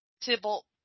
Tibble